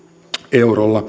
eurolla